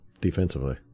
defensively